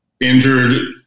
injured